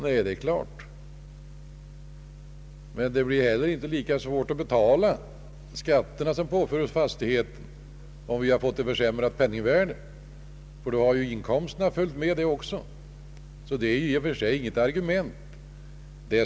Nej, naturligtvis, men det blir heller inte lika svärt att betala skatterna som påförs fastigheten, om vi har fått ett försämrat penningvärde, ty då har ju inkomsterna också följt med. Detta är alltså i och för sig inte något argument.